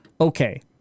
okay